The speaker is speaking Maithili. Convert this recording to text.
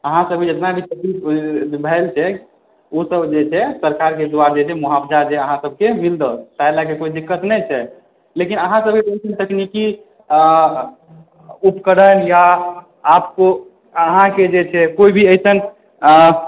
अहाँसभकेँ जेतना भी क्षति भेल छै ओसभ जे छै सरकारके द्वारा जे छै मुआवजा जे छै अहाँ सभके मिलत ताकि कोइ दिक्कत नहि छै लेकिन अहाँसभके किछु तकनीकी उपकरण या आपको अहाँकेँ जे छै कोइ भी अइसन